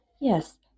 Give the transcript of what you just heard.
Yes